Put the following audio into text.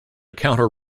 counter